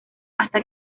hasta